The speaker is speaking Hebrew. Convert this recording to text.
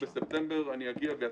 הנוכחי?